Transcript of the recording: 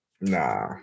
nah